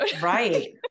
Right